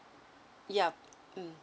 ya mm